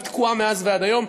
היא תקועה מאז ועד היום,